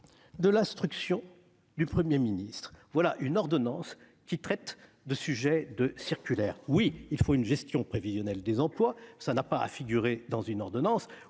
de l'instruction du Premier ministre. Voilà une ordonnance qui traite de sujets qui relèvent de circulaires ! Oui, il faut une gestion prévisionnelle des emplois, mais cela n'a pas à figurer dans une ordonnance.